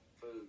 food